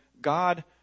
God